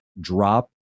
drop